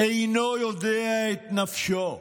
אינו יודע את נפשו.